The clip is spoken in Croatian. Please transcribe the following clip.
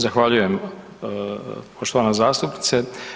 Zahvaljujem poštovana zastupnice.